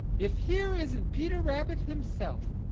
if here isn't peter rabbit himself!